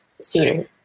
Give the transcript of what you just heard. sooner